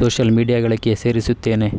social ಮೀಡಿಯಾಗಳಿಗೆ ಸೇರಿಸುತ್ತೇನೆ